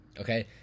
Okay